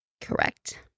Correct